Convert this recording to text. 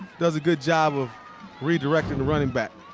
does a good job of redirecting the running back.